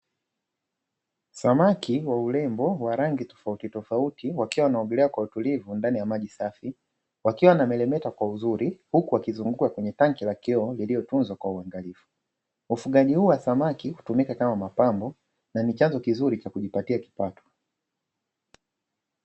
Samaki wa urembo wa rangi tofauti tofauti, wakiwa wanaogelea kwa utulivu ndani ya maji safi wakiwa wanameremeta kwa uzuri huku wakizunguka kwenye tanki la kioo liliyotunzwa kwa uangalifu. Ufugaji huo wa samaki hutumika kama mapambo na ni chanzo kizuri cha kujipatia kipato.